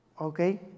Okay